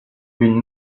une